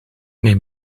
neem